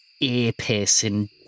ear-piercing